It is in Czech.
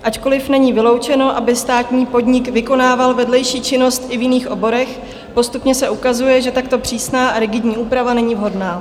Ačkoli není vyloučeno, aby státní podnik vykonával vedlejší činnost i v jiných oborech, postupně se ukazuje, že takto přísná a rigidní úprava není vhodná.